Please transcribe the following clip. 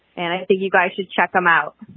and i think you guys should check him out.